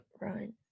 run